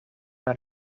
naar